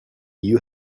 you